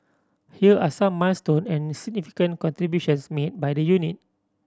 here are some milestone and significant contributions made by the unit